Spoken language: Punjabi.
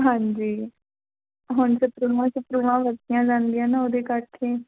ਹਾਂਜੀ ਹੁਣ ਸਪ੍ਰੇਹਾਂ ਸੁਪਰੇਹਾਂ ਵਰਤੀਆਂ ਜਾਂਦੀਆਂ ਨਾ ਉਹਦੇ ਕਰਕੇ